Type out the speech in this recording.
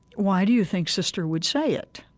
why do you think sister would say it?